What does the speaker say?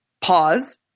pause